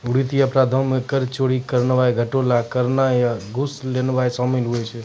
वित्तीय अपराधो मे कर चोरी करनाय, घोटाला करनाय या घूस लेनाय शामिल होय छै